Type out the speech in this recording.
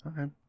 Okay